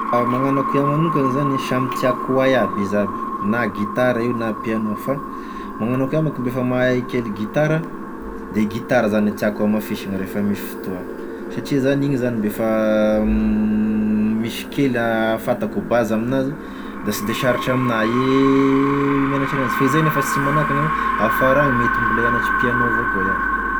Magnano akoa iaho magnokany zany samy tiàko ho hay aby izy aby na gitara io na piano, fa magnano akoa iaho manko mb'efa mahay kely gitara de i gitara zany e tiàko hamafisina refa misy fotoa ah, satria zany iny zany mb'efa misy kely a fantako bazy amin'azy da sy de sarotry amignahy i miagnatry anazy f'izay nefa sy manakagna hoe afara any mety mbola hianatry piano avao koa iah.